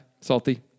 Salty